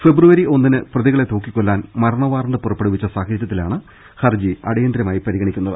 ഫെബ്രുവരി ഒന്നിന് പ്രതികളെ തൂക്കിക്കൊല്ലാൻ മരണവാറണ്ട് പുറപ്പെടുവിപ്പിച്ച സാഹചര്യത്തിലാണ് ഹർജി അടിയന്തിരമായി പരിഗണിക്കുന്നത്